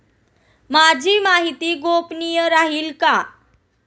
माझी माहिती गोपनीय राहील का?